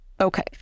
okay